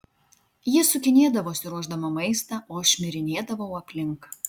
ji sukinėdavosi ruošdama maistą o aš šmirinėdavau aplink